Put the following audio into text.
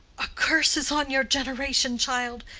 a curse is on your generation, child.